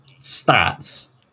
stats